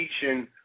teaching